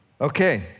Okay